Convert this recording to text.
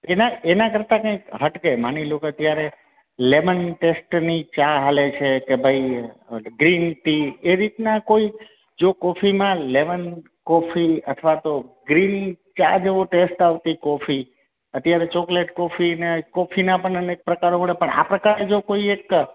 એના એના કરતા કંઈક હટકે કે માની લો અત્યારે લેમન ટેસ્ટની ચા ચાલે છે કે ભાઈ ગ્રીન ટી એવી રીતના કોઈ જો કોફીમાં લેમન કોફી અથવા તો ગ્રીન ચા જેવો ટેસ્ટ આવતી કોફી અત્યારે ચોકલેટ કોફી ને કોફીના પણ અનેક પ્રકારો મળે પણ આ પ્રકારે જો કોઇ એક